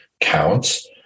counts